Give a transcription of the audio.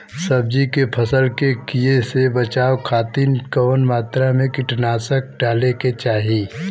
सब्जी के फसल के कियेसे बचाव खातिन कवन मात्रा में कीटनाशक डाले के चाही?